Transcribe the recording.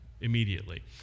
immediately